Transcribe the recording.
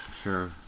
Sure